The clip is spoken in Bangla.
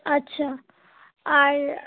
আচ্ছা আর